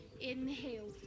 Inhale